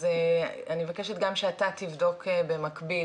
אז אני מבקשת גם שאתה תבדוק במקביל.